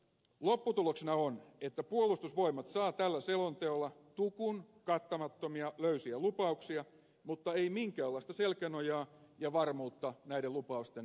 lopputuloksena on että puolustusvoimat saa tällä selonteolla tukun kattamattomia löysiä lupauksia mutta ei minkäänlaista selkänojaa ja varmuutta näiden lupausten rahoittamisesta